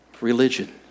religion